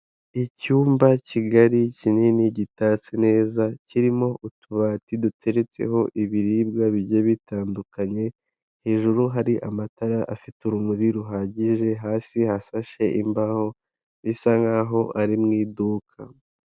Icyumba kigari kinini gitatse neza kirimo utubati duteretseho ibiribwa bigiye bitandukanye hejuru hari amatara afite urumuri ruhagije hasi hasashe imbaho bisa nkaho ari mu iduka.